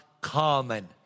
common